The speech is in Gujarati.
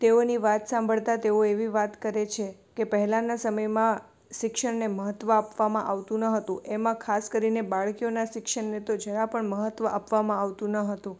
તેઓની વાત સાંભળતા તેઓ એવી વાત કરે છે કે પહેલાંના સમયમાં શિક્ષણને મહત્ત્વ આપવામાં આવતું ન હતું એમાં ખાસ કરીને બાળકીઓનાં શિક્ષણને તો જરા પણ મહત્ત્વ આપવામાં આવતું ન હતું